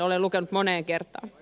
olen lukenut moneen kertaan